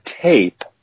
tape